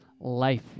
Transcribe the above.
life